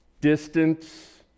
Distance